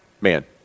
man